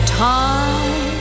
time